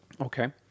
Okay